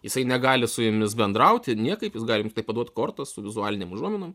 jisai negali su jumis bendrauti niekaip jis gali jums paduot kortas su vizualinėm užuominom